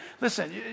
listen